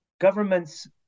Governments